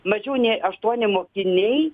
mažiau nei aštuoni mokiniai